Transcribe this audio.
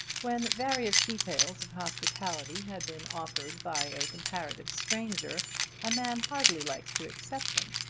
when various details of hospitality have been offered by a comparative stranger a man hardly likes to accept them